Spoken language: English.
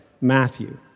Matthew